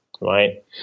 right